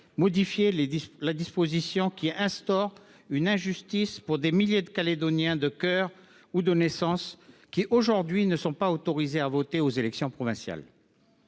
modifier les dispositions qui instaurent une injustice pour des milliers de Calédoniens de cœur ou de naissance qui, aujourd’hui, ne sont pas autorisés à voter aux élections provinciales.